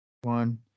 One